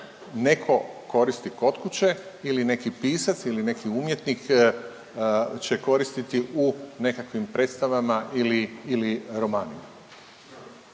netko koristi kod kuće ili neki pisac ili neki umjetnik će koristiti u nekakvim predstavama ili romanima.